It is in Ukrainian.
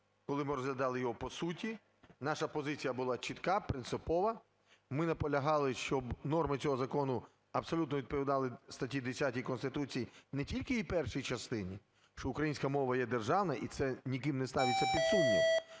коли ми розглядали його по суті, наша позиція була чітка, принципова, ми наполягали, щоб норми цього закону абсолютно відповідали статті 10 Конституції не тільки її першій частині, що українська мова є державна і це ніким не ставиться під сумнів,